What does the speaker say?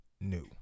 new